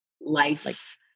life